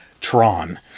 Tron